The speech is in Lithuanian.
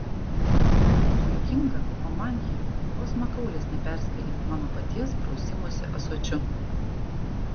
jums juokinga o man ji vos makaulės neperskėlė mano paties prausimosi ąsočiu